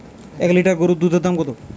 এক লিটার গোরুর দুধের দাম কত?